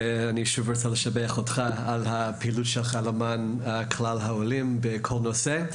אני שוב רוצה לשבח אותך על הפעילות שלך למען כלל העולים בכל נושא.